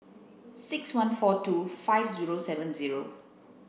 six one four two five zero seven zero